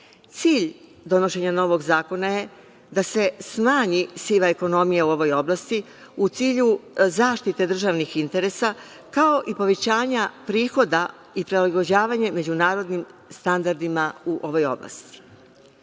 Cilj donošenja novog zakona je da se smanji siva ekonomija u ovoj oblasti u cilju zaštite državnih interesa, kao i povećanja prihoda i prilagođavanje međunarodnim standardima u ovoj oblasti. Novina